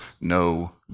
no